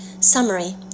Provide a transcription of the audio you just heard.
Summary